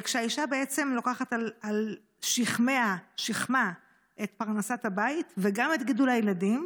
כשהאישה בעצם לוקחת על שכמה את פרנסת הבית וגם את גידול הילדים,